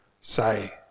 say